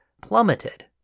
plummeted